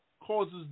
causes